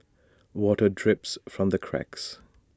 water drips from the cracks